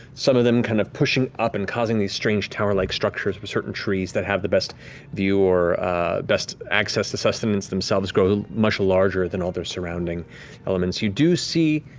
some of them kind of pushing up and causing these strange tower-like structures with certain trees that have the best view or best access to sustenance themselves grow much larger than all their surrounding elements. you do see,